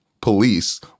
police